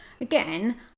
Again